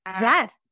Yes